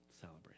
Celebrate